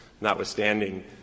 notwithstanding